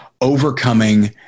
overcoming